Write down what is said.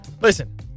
listen